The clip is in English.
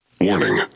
Warning